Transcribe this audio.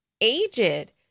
aged